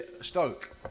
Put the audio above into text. Stoke